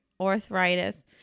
arthritis